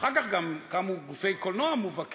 ואחר כך גם קמו גופי קולנוע מובהקים